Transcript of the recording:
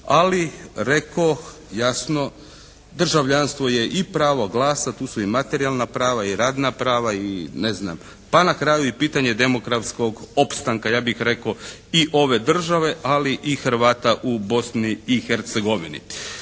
ali rekoh jasno, državljanstvo je i pravo glasa, tu su i materijalna prava i radna prava i ne znam, pa na kraju i pitanje demografskog opstanka, ja bih rekao i ove države ali i Hrvatska u Bosni i Hercegovini.